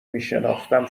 میشناختم